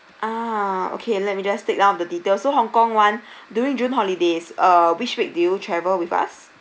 ah okay let me just take down of the details so hong kong [one] during june holidays uh which week did you travel with us